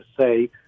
say